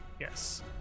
Yes